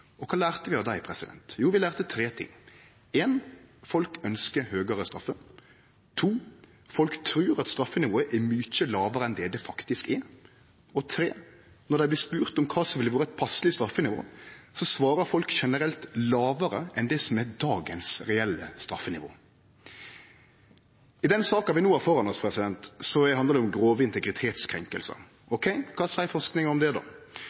straff. Kva lærte vi av det? Jo, vi lærte tre ting: Folk ønskjer høgare straffer. Folk trur at straffenivået er mykje lågare enn det det faktisk er. Når dei blir spurde om kva som ville vore eit passeleg straffenivå, svarer folk generelt lågare enn det som er dagens reelle straffenivå. I den saka vi no har føre oss, handlar det om grove integritetskrenkingar. Ok, kva seier forskinga om det då?